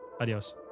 Adios